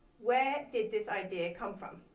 where did this idea come from?